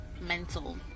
mental